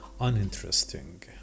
uninteresting